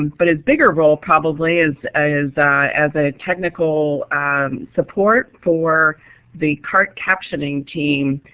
but his bigger role, probably, is is as a technical support for the cart captioning team